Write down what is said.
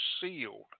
sealed